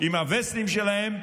עם הווסטים שלהם.